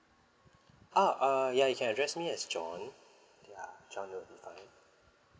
uh uh ya you can address me as john ya john would be fine